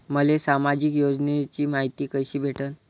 मले सामाजिक योजनेची मायती कशी भेटन?